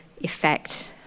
effect